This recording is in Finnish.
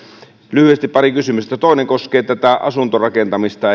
lyhyesti pari kysymystä toinen koskee tätä asuntorakentamista